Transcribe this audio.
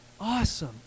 Awesome